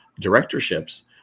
directorships